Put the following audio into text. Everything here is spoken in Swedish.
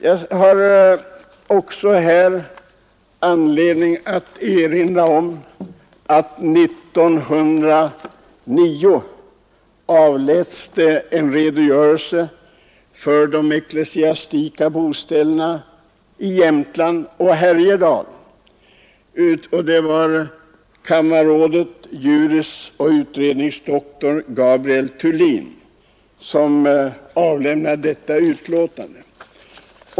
Jag har här också anledning att erinra om att år 1909 avläts en redogörelse för de ecklesiastika boställena i Jämtland och Härjedalen. Det var kammarrättsrådet juris utredningsdoktor Gabriel Thulin som avlämnade detta utlåtande.